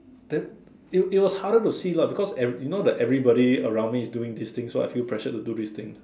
then it it was harder to see lah because e~ you know that everybody around me is doing this thing so I feel pressured to do this thing